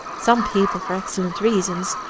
some people, for excellent reasons,